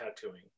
tattooing